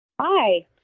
Hi